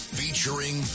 featuring